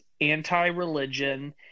anti-religion